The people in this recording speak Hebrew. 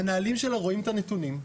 המנהלים שלה רואים את הנתונים,